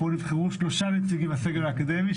כאן נבחרו שלושה נציגים של האקדמיה.